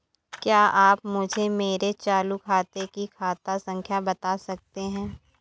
क्या आप मुझे मेरे चालू खाते की खाता संख्या बता सकते हैं?